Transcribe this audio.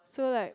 so like